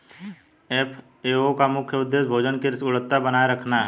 FAO का मुख्य उदेश्य भोजन की गुणवत्ता बनाए रखना है